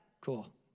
Cool